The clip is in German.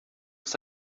ist